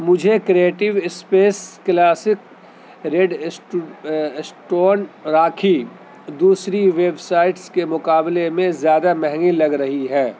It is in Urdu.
مجھے creative space classic red stone rakhi دوسری ویب سائٹس کے مقابلے میں زیادہ مہنگی لگ رہی ہے